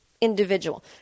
individual